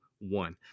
one